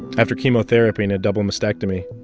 after chemotherapy and a double mastectomy,